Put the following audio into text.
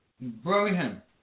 Birmingham